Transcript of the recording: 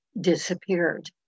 disappeared